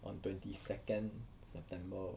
on twenty second september